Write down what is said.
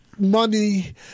Money